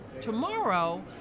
Tomorrow